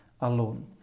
alone